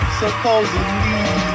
supposedly